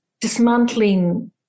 dismantling